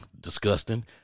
disgusting